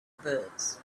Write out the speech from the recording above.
birds